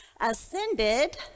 ascended